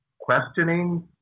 questioning